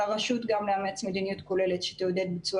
על הרשות גם לאמץ מדיניות כוללת שתעודד ביצוע